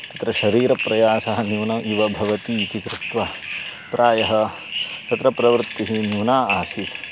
तत्र शरीरप्रयासः न्यूनम् एव भवति इति कृत्वा प्रायः तत्र प्रवृत्तिः न्यूना आसीत्